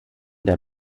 der